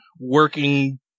working